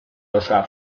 osoa